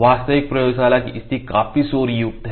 वास्तविक प्रयोगशाला की स्थिति काफी शोर युक्त है